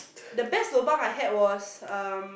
the best lobang I had was um